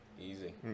easy